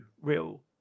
real